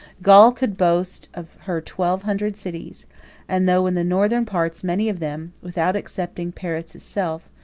gaul could boast of her twelve hundred cities and though, in the northern parts, many of them, without excepting paris itself,